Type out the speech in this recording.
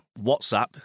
WhatsApp